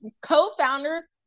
co-founders